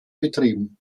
betrieben